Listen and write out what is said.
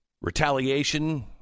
Retaliation